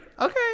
okay